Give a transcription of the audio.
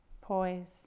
poise